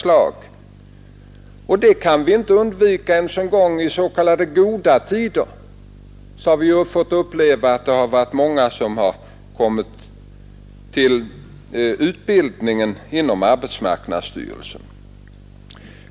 Att det uppstår problem kan vi inte undvika ens i goda tider — även då har vi ju fått uppleva att det varit många som kommit till utbildningen inom arbetsmarknadsstyrelsen.